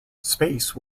space